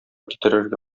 китерергә